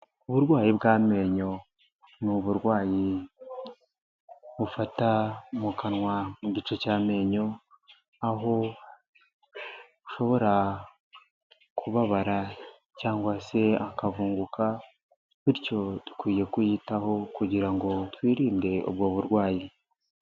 Uburwayi bw'amenyo ni uburwayi bufata mu kanwa mu gice cy'amenyo, aho ushobora kubabara cyangwa se akavunguka, bityo dukwiye kuyitaho kugira ngo twirinde ubwo burwayi.